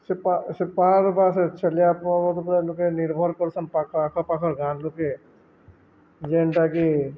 ସେ ସେପାର୍ ବା ସେ ଛଲିିବା ପବ ଲୋକେ ନିର୍ଭର କରସନ୍ ପାଖ ଆଖ ପାାଖ ଗାଁ ଲୋକେ ଯେନ୍ଟାକି